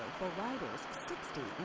for riders sixty